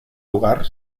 lugar